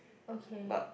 okay